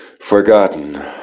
forgotten